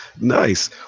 Nice